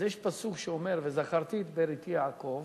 אז יש פסוק שאומר: "וזכרתי את בריתי יעקוב